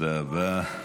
תודה רבה.